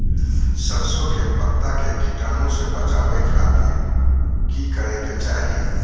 सरसों के पत्ता के कीटाणु से बचावे खातिर की करे के चाही?